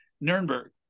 Nuremberg